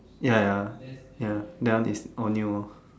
ya ya ya that one is all new or